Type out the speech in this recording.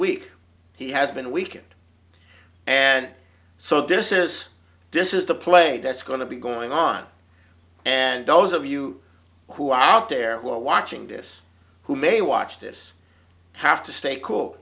weak he has been weakened and so this is this is the play that's going to be going on and those of you who are out there who are watching this who may watch this have to stay cool